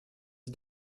dix